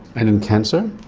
and in cancer?